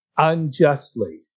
unjustly